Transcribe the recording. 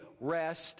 rest